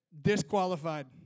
disqualified